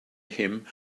him